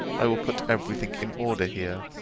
i will put every thing in order here,